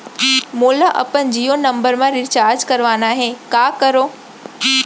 मोला अपन Jio number म रिचार्ज करवाना हे, का करव?